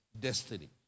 destiny